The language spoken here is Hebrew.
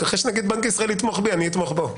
אחרי שנגיד בנק ישראל יתמוך בי, אני אתמוך בו.